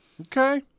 Okay